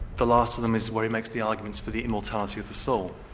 the last of them, is where he makes the arguments for the immortality of the soul.